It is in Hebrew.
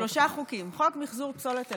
שלושה חוקים: חוק מחזור פסולת אלקטרונית,